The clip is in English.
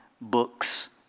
books